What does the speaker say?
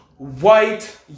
White